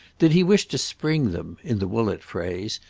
did he wish to spring them, in the woollett phrase,